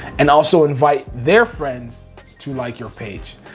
and also invite their friends to like your page.